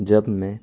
जब मैं